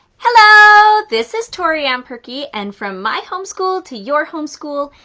hello, this is toriann perkey, and from my homeschool to your homeschool,